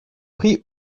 prie